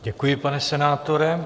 Děkuji, pane senátore.